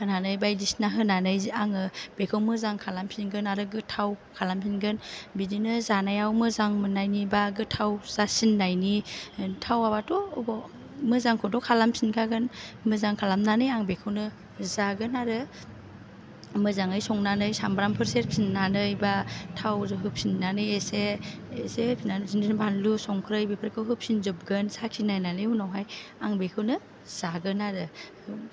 होनानै बायदिसिना होनानै आङो बेखौ मोजां खालामफिनगोन आरो गोथाव खालामफिनगोन बिदिनो जानायाव मोजां मोननायनि बा गोथाव जासिननायनि थावाबाथ' अबाव मोजांखौथ' खालामफिनखागोन मोजां खालामनानै आं बेखौनो जागोन आरो मोजाङै संनानै सामब्रामफोर सेरफिननानै बा थाव होफिननानै एसे एसे होफिननानै बिदिनो फानलु संख्रि बेफोरखौ होफिनजोबगोन साखिनायनानै उनावहाय आं बेखौनो जागोन आरो